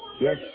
Yes